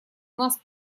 нас